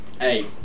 Hey